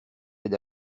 aide